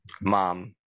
mom